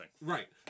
Right